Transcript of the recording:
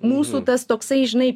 mūsų tas toksai žinai